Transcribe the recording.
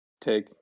take